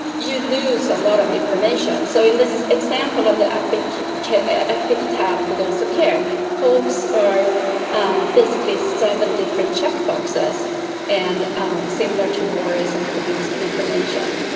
you lose a lot of information, so, in this example of the epic epic tab, for also care hopes are basically seven different check boxes and similar to warriors and prognostic information.